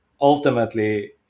ultimately